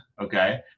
okay